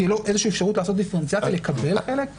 שתהיה לו איזושהי אפשרות לעשות דיפרנציאציה לקבל חלק?